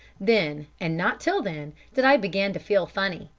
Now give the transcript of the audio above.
then, and not till then, did i begin to feel funny.